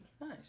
Nice